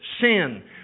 sin